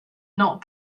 not